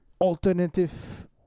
alternative